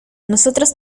nosotros